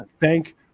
thank